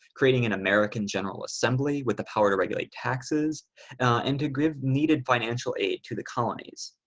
creating an american general assembly with the power to regulate taxes and to give needed financial aid to the colonies.